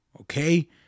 Okay